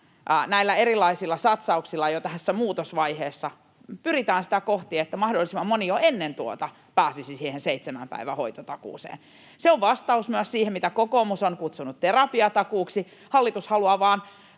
näillä erilaisilla satsauksilla jo tässä muutosvaiheessa, pyritään sitä kohti, että mahdollisimman moni jo ennen tuota pääsisi siihen seitsemän päivän hoitotakuuseen. Se on vastaus myös siihen, mitä kokoomus on kutsunut terapiatakuuksi. Hallitus haluaa vain